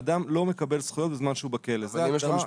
אדם לא מקבל זכויות בזמן שהוא בכלא, זה התנאי.